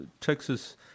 Texas